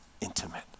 intimate